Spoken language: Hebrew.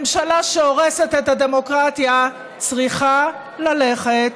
ממשלה שהורסת את הדמוקרטיה צריכה ללכת,